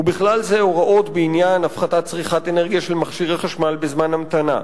ובכלל זה הוראות בעניין הפחתת צריכת אנרגיה של מכשירי חשמל בזמן המתנה,